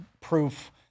proof